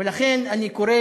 ולכן אני קורא